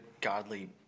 godly